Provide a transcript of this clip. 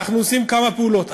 אנחנו עושים כמה פעולות.